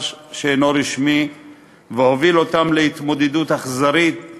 שאינו רשמי והוביל אותם להתמודדות אכזרית עם